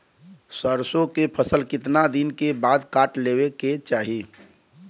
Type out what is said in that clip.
सरसो के फसल कितना दिन के बाद काट लेवे के चाही?